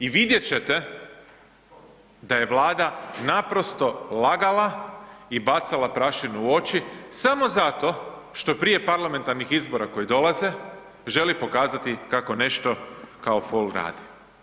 I vidjet ćete da je Vlada naprosto lagala i bacala prašinu u oči samo zato što prije parlamentarnih izbora koji dolaze, želi pokazati kako nešto kao fol radi.